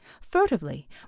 furtively